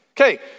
Okay